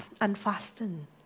unfastened